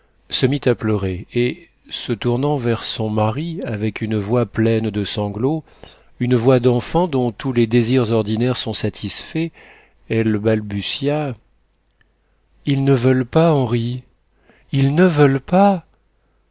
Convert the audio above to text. se mit à pleurer et se tournant vers son mari avec une voix pleine de sanglots une voix d'enfant dont tous les désirs ordinaires sont satisfaits elle balbutia ils ne veulent pas henri ils ne veulent pas